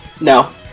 no